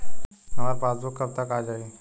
हमार पासबूक कब तक आ जाई?